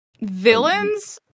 Villains